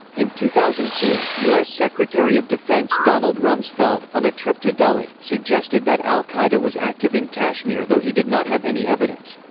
in two thousand and two, us secretary of defense donald rumsfeld, on a trip to delhi, suggested that al-qaeda was active in kashmir though he did not have any evidence.